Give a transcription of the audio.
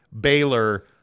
Baylor